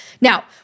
Now